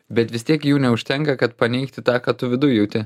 bet vis tiek jų neužtenka kad paneigti tą kad tu viduj jauti